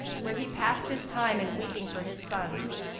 where he passed his time in weeping for his sons.